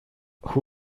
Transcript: who